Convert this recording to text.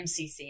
MCC